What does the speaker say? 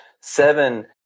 seven